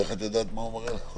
איך את יודעת מה הוא מראה לך?